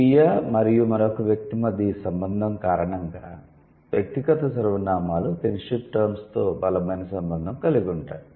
స్వీయ మరియు మరొక వ్యక్తి మధ్య ఈ సంబంధం కారణంగా వ్యక్తిగత సర్వనామాలు కిన్షిప్ టర్మ్స్ తో బలమైన సంబంధం కలిగి ఉంటాయి